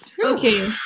Okay